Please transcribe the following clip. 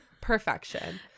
Perfection